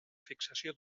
fixació